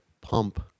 pump